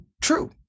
true